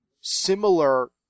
similar